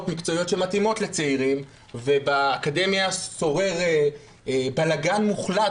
מקצועיות שמתאימות לצעירים ובאקדמיה שורר בלגן מוחלט